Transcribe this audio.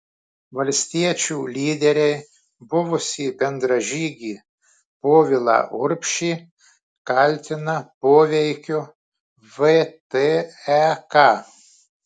valstiečių lyderiai buvusį bendražygį povilą urbšį kaltina poveikiu vtek